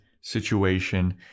situation